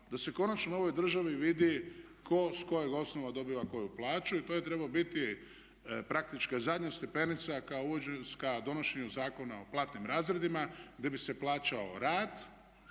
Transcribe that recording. da se konačno u ovoj državi vidi ko s kojeg osnova dobiva koju plaću i to je trebao biti praktički zadnja stepenica ka donošenju Zakona o platnim razredima gdje bi se plaćao rad,